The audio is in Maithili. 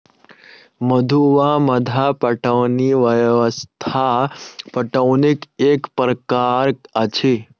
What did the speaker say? मद्दु वा मद्दा पटौनी व्यवस्था पटौनीक एक प्रकार अछि